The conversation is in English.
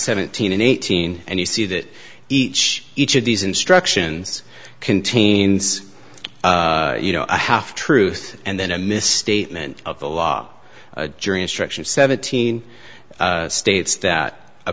seventeen and eighteen and you see that each each of these instructions contains you know a half truth and then a misstatement of the law a jury instruction seventeen states that a